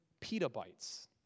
petabytes